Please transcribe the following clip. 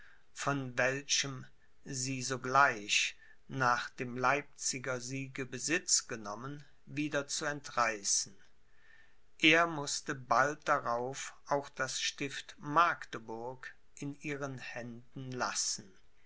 von welchem sie sogleich nach dem leipziger siege besitz genommen wieder zu entreißen er mußte bald darauf auch das stift magdeburg in ihren händen lassen